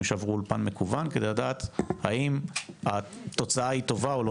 שעברו אולפן מקוון כדי לדעת אם התוצאה היא טובה או לא?